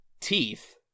teeth